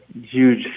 huge